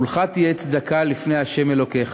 ולך תהיה צדקה לפני ה' אלוקיך".